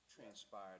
transpired